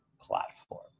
platform